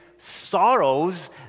sorrows